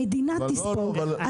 המדינה תספוג,